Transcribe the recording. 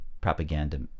propaganda